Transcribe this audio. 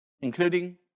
including